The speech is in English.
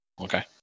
Okay